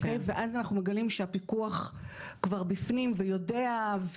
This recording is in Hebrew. ואז אנחנו מגלים שהפיקוח כבר בפנים ויודע,